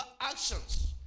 actions